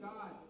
God